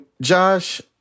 Josh